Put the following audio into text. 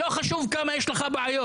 לא חשוב כמה בעיות יש לך.